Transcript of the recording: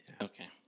okay